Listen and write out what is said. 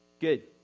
Good